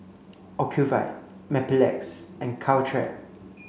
Ocuvite Mepilex and Caltrate